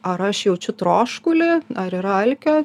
ar aš jaučiu troškulį ar yra alkio